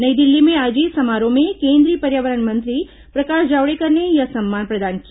नई दिल्ली में आयोजित समारोह में केंद्रीय पर्यावरण मंत्री प्रकाश जावड़ेकर ने यह सम्मान प्रदान किया